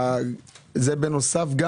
זה בנוסף?